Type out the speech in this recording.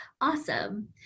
Awesome